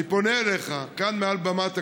אני פונה אליך כאן, מעל במת הכנסת: